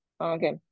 okay